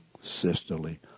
sisterly